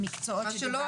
במקצועות שדיברנו עליהם.